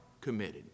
committed